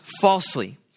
falsely